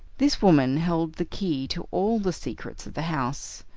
this woman held the key to all the secrets of the house,